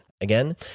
Again